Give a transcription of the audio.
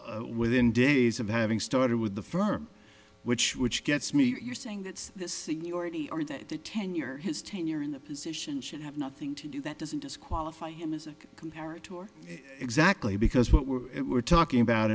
job within days of having started with the firm which which gets me you're saying that this seniority or that the tenure his tenure in the position should have nothing to do that doesn't disqualify him as compared to or exactly because what we were talking about